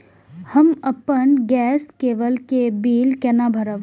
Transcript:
हम अपन गैस केवल के बिल केना भरब?